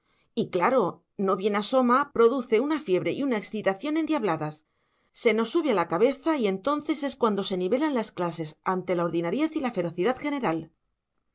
y claro no bien asoma produce una fiebre y una excitación endiabladas se nos sube a la cabeza y entonces es cuando se nivelan las clases ante la ordinariez y la ferocidad general